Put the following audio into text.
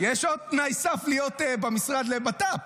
יש עוד תנאי סף להיות במשרד לבט"פ,